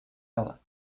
ela